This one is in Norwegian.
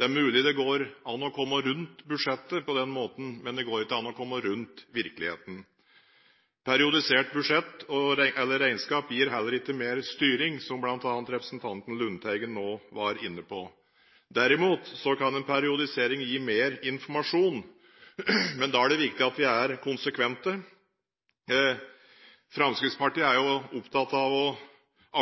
Det er mulig det går an å komme rundt budsjettet på den måten, men det går ikke an å komme rundt virkeligheten. Periodisert budsjett eller regnskap gir heller ikke mer styring, som bl.a. representanten Lundteigen nå var inne på. Derimot kan en periodisering gi mer informasjon. Men da er det viktig at vi er konsekvente. Fremskrittspartiet er opptatt av å